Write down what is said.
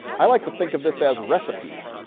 i like to think of this as recipes.